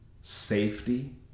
Safety